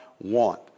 want